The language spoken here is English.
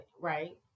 Right